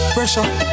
Pressure